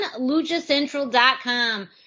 LuchaCentral.com